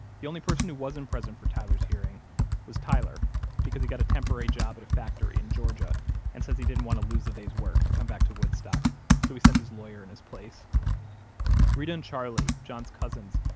the only person who wasn't present for tyler's hearing was tyler because he got a temporary job at a factory in georgia and says he didn't want to lose a day's work to come back to woodstock so he sent his lawyer in his place reta and charlie, john's cousins,